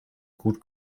gut